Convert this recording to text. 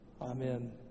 Amen